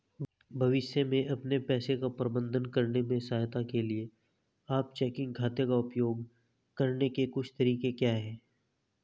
भविष्य में अपने पैसे का प्रबंधन करने में सहायता के लिए आप चेकिंग खाते का उपयोग करने के कुछ तरीके क्या हैं?